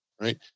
Right